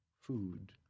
food